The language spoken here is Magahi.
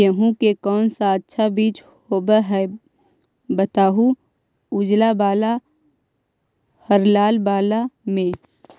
गेहूं के कौन सा अच्छा बीज होव है बताहू, उजला बाल हरलाल बाल में?